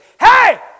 Hey